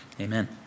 Amen